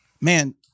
Man